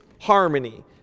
harmony